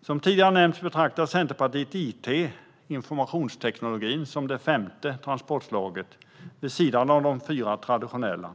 Som tidigare nämnts betraktar Centerpartiet it, informationsteknik, som det femte transportslaget, vid sidan av de fyra traditionella.